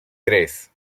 tres